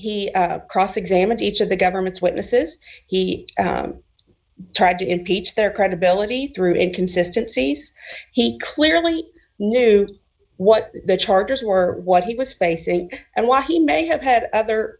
he cross examined each of the government's witnesses he tried to impeach their credibility through inconsistent ses he clearly knew what the charges were what he was facing and why he may have had other